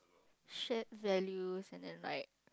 shared values and then like